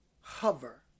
Hover